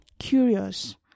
curious